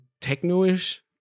techno-ish